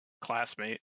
classmate